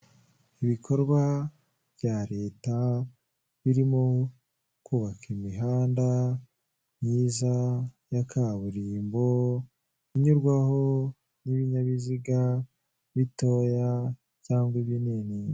Ibikorwa bya leta birimo kubaka imihanda myiza ya kaburimbo, inyurwaho n'ibinyabiziga bitoya cyangwa ibinini.